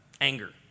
anger